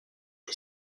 des